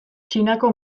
txinako